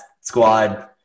squad